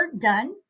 done